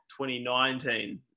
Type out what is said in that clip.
2019